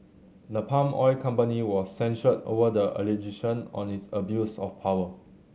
the palm oil company was censured over the allegation on its abuse of power